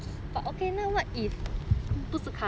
but okay lah what if 不是 cousin